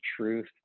truth